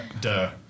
duh